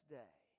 day